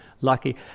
lucky